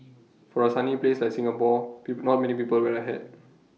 for A sunny place like Singapore people not many people wear A hat